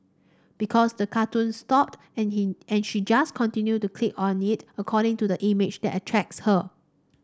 because the cartoon stopped and and she just continued to click on it according to the image that attracts her